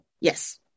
yes